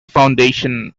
foundation